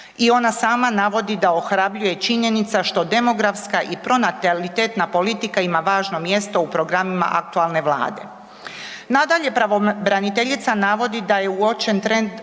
I ona sama navodi da ohrabruje činjenica što demografska i pronatalitetna politika ima važno mjesto u programima aktualne Vlade. Nadalje, pravobraniteljica navodi da je uočen trend